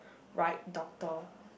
right do~ door